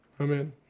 Amen